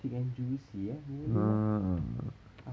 thick and juicy eh boleh lah